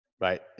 right